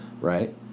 Right